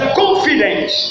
confidence